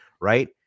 right